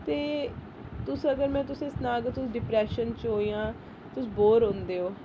ते तुस अगर मैं तुसेंगी सनाह्ङ अगर तुस डिप्रैशन च ओ जां तुस बोर होंदे ओ